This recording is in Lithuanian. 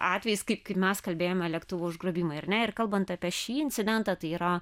atvejis kaip mes kalbėjome lėktuvų užgrobimai ar ne ir kalbant apie šį incidentą tai yra